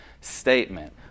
statement